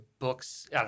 Books